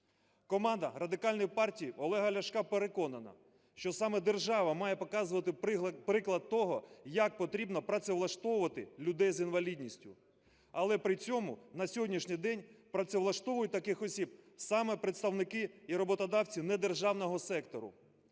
Команда Радикальної партії Олега Ляшка переконана, що саме держава має показувати приклад того, як потрібно працевлаштовувати людей з інвалідністю. Але при цьому на сьогоднішній день працевлаштовують таких осіб саме представники і роботодавці недержавного сектору.